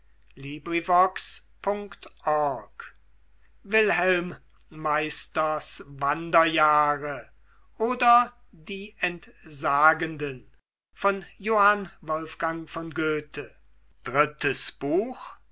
wilhelm meisters wanderjahre oder die entsagenden